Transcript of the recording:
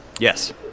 Yes